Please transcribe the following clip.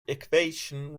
equation